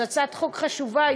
זו הצעת חוק חשובה,